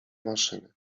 maszyny